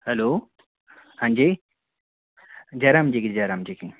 hello हाँ जी जय राम जी की जय राम जी की